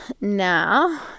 now